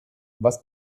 was